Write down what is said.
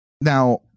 now